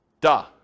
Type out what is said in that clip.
Duh